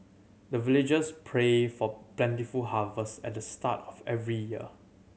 the villagers pray for plentiful harvest at the start of every year